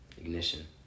ignition